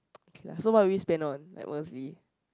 okay lah so what will you spend on like honestly